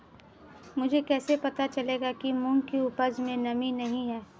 मुझे कैसे पता चलेगा कि मूंग की उपज में नमी नहीं है?